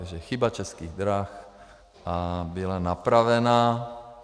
Takže chyba Českých drah a byla napravena.